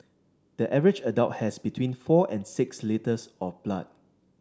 the average adult has between four and six litres of blood